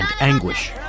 anguish